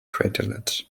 craterlets